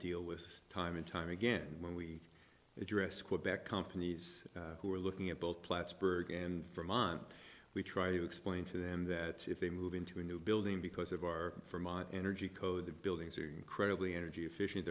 deal with time and time again when we address quebec companies who are looking at both plattsburgh and for mine we try to explain to them that if they move into a new building because of our for mine energy code the buildings are incredibly energy efficient